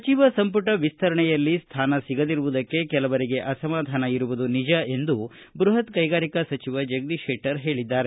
ಸಚಿವ ಸಂಪುಟ ವಿಸ್ತರಣೆಯಲ್ಲಿ ಸ್ಥಾನ ಸಗದಿರುವುದಕ್ಕೆ ಕೆಲವರಿಗೆ ಅಸಮಾಧಾನ ಇರುವುದು ನಿಜ ಎಂದು ಬೃಹತ್ ಕೈಗಾರಿಕೆ ಸಚಿವ ಜಗದೀಶ ಶೆಟ್ಟರ್ ಹೇಳಿದ್ದಾರೆ